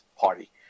party